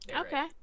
Okay